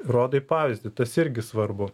rodai pavyzdį tas irgi svarbu